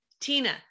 Tina